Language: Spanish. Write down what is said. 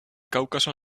cáucaso